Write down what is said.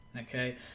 okay